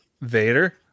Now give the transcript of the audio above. Vader